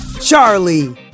Charlie